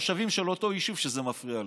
התושבים של אותו יישוב שזה מפריע להם.